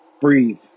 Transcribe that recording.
breathe